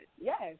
Yes